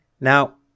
Now